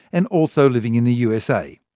and also living in the usa.